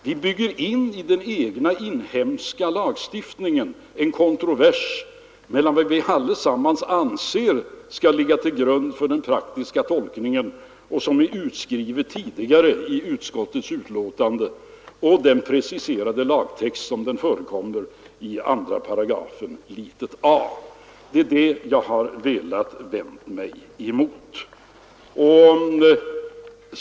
Vi bygger in i den egna lagstiftningen en kontrovers mellan vad vi allesamman anser skall ligga till grund för den praktiska tolkningen och som är utskrivet tidigare i utskottets betänkande och den preciserade lagtexten i den föreslagna 2 a §. Det är det jag har velat vända mig emot.